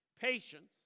patience